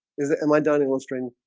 is it am i done in won't straining?